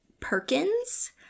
Perkins